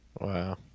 wow